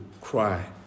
cry